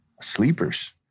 Sleepers